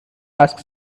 ask